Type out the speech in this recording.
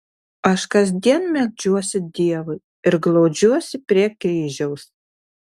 aš kasdien meldžiuosi dievui ir glaudžiuosi prie kryžiaus